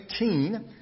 18